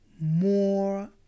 more